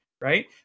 Right